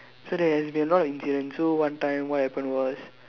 so there has been a lot of incidents so one time what happened was